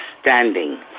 standing